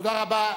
תודה רבה.